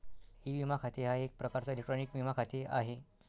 E विमा खाते हा एक प्रकारचा इलेक्ट्रॉनिक विमा खाते आहे